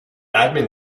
admin